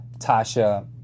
Tasha